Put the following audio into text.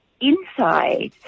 inside